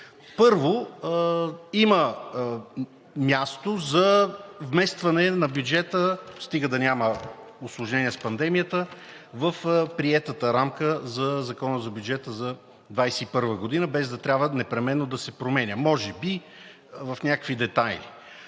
Първо, има място за вместване на бюджета, стига да няма усложнение с пандемията, в приетата рамка на Закона за бюджета за 2021 г., без да трябва непременно да се променя – може би в някакви детайли.